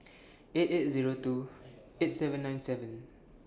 eight eight Zero two eight seven nine seven